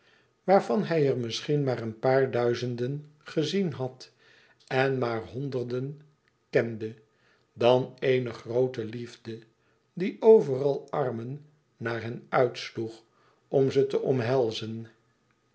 waarvan hij er toch misschien maar duizenden gezien had en maar honderden kende dan éene groote liefde die overal armen naar hen uitsloeg om ze te omhelzen